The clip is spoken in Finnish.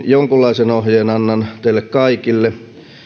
jonkunlaisen ohjeen annan teille kaikille